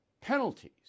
penalties